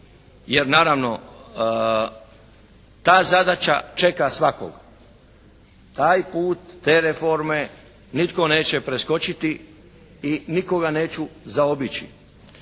Jer naravno ta zadaća čeka svakog. Taj put, te reforme nitko neće preskočiti i nikoga neću zaobići.